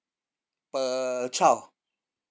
per child